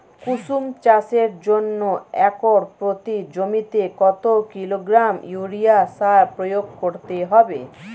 কুসুম চাষের জন্য একর প্রতি জমিতে কত কিলোগ্রাম ইউরিয়া সার প্রয়োগ করতে হবে?